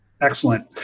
Excellent